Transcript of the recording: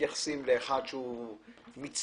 מתייחסים למי שהוא מצטיין-באובר,